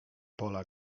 pola